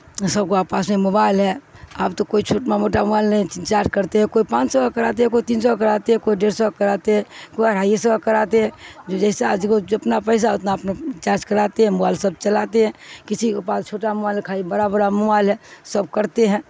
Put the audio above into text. سب کو آ پاس میں موبائل ہے اب تو کوئی چھوٹما موٹا موبائل نہیں چارج کرتے ہیں کوئی پانچ سو کا کرواتے ہے کوئی تین سو کا کرواتے ہے کوئی ڈیڑھ سو کا کرواتے ہے کوئی ڈھائی سو کا کرواتے ہے جو جیسے آج کو ج اپنا پیسہ اتنا اپنا چارج کرواتے ہیں موبائل سب چلاتے ہیں کسی کے پاس چھوٹا موبائل ہے کھالی بڑا بڑا موبائل ہے سب کرتے ہیں